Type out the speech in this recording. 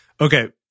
Okay